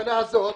השנה הזאת,